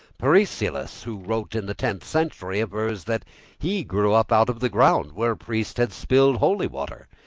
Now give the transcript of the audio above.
peresilis, who wrote in the tenth century, avers that he grew up out of the ground where a priest had spilled holy water.